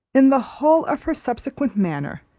in the whole of her subsequent manner,